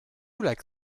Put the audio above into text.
like